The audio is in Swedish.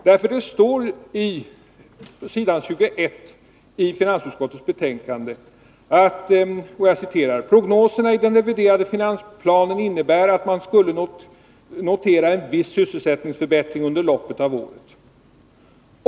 Det står nämligen på s. 21 i finansutskottets betänkande: ”Prognoserna i den reviderade finansplanen innebär att man skulle notera en viss sysselsättningsförbättring under loppet av året.